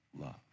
love